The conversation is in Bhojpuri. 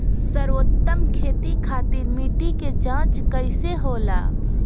सर्वोत्तम खेती खातिर मिट्टी के जाँच कइसे होला?